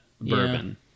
bourbon